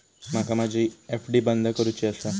माका माझी एफ.डी बंद करुची आसा